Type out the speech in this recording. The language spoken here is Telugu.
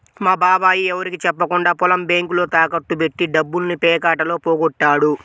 మా బాబాయ్ ఎవరికీ చెప్పకుండా పొలం బ్యేంకులో తాకట్టు బెట్టి డబ్బుల్ని పేకాటలో పోగొట్టాడు